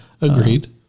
Agreed